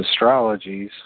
astrologies